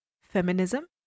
feminism